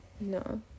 No